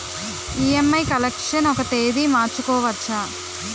EMI collection ఒక తేదీ మార్చుకోవచ్చా?